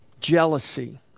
Jealousy